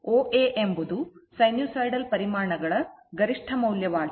ಆದ್ದರಿಂದ OA ಎಂಬುದು sinusoidal ಪರಿಮಾಣಗಳ ಗರಿಷ್ಠ ಮೌಲ್ಯವಾಗಿದೆ